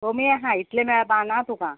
कमी आहा इतले मेळपाना तुका